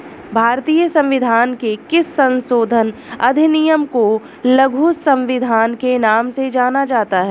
भारतीय संविधान के किस संशोधन अधिनियम को लघु संविधान के नाम से जाना जाता है?